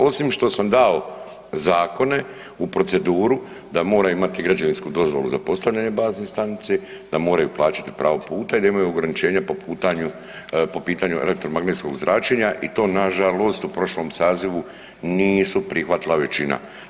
Osim što sam dao zakone u proceduru da mora imati građevinsku dozvolu za postavljanje bazne stanice, da moraju plaćati pravo puta i da imaju ograničenje po pitanju elektromagnetskog zračenja i to nažalost u prošlom sazivu nisu prihvatila većina.